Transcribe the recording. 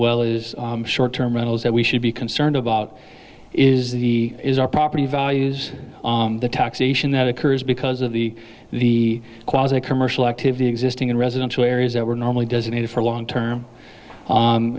well is short term rentals that we should be concerned about is that he is our property values the taxation that occurs because of the the clause a commercial activity existing in residential areas that were normally designated for a long term